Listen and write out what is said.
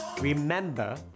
Remember